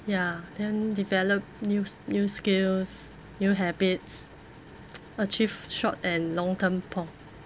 ya then develop new s~ new skills new habits achieve short and long term po~